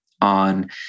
on